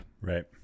Right